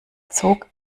zog